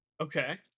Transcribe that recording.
Okay